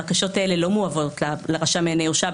הבקשות לאישור ההסכם לא מועברות לרשם לענייני ירושה.